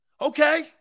Okay